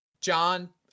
John